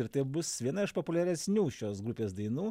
ir tai bus viena iš populiaresnių šios grupės dainų